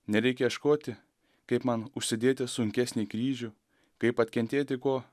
nereikia ieškoti kaip man užsidėti sunkesnį kryžių kaip atkentėti kuo